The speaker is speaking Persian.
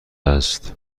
است